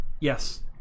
Yes